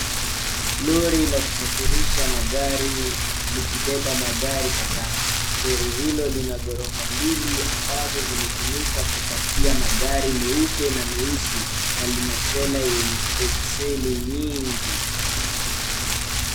Lori la kusafirisha magari likibeba magari kadhaa. Lori hilo lina ghorofa mbili ambazo zimetumika kupakia magari meupe na meusi na lina trela yenye ekseli nyingi.